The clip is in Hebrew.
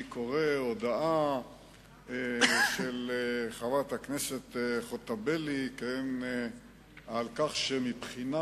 אני קורא הודעה של חברת הכנסת חוטובלי על כך שמבחינה